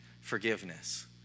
forgiveness